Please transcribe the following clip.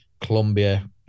Colombia